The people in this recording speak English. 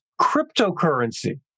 cryptocurrency